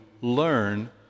Learn